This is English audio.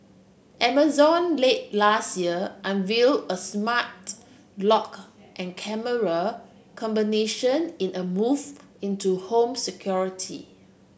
amazon late last year unveil a smart lock and camera combination in a move into home security